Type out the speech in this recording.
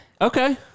Okay